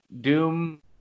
Doom